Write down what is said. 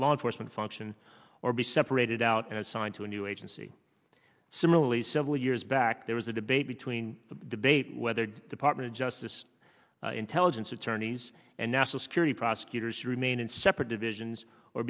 law enforcement function or be separated out and assigned to a new agency similarly several years back there was a debate between the debate whether the department of justice intelligence attorneys and national security prosecutors remain in separate divisions or